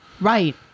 right